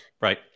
right